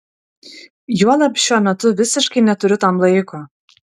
juolab šiuo metu visiškai neturiu tam laiko